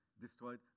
destroyed